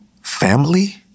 family